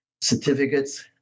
certificates